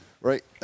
right